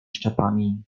szczepami